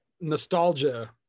nostalgia